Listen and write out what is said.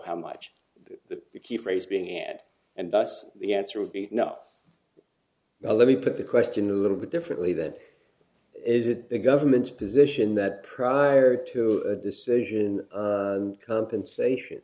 how much the key phrase being at and thus the answer would be no well let me put the question a little bit differently that is that big government position that prior to a decision in compensation